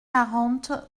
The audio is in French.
quarante